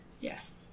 Yes